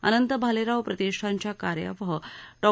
अनंत भालेराव प्रतिष्ठानच्या कार्यवाह डॉ